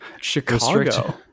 Chicago